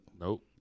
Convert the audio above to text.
Nope